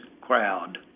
crowd